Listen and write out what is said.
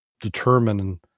determine